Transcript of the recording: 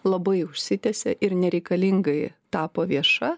labai užsitęsė ir nereikalingai tapo vieša